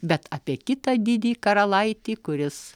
bet apie kitą didį karalaitį kuris